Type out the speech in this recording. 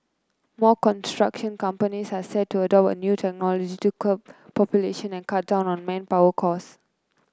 more construction companies are set to adopt a new technology to curb pollution and cut down on manpower costs